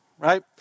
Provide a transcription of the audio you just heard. right